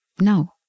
No